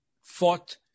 fought